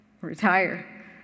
retire